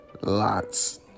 Lots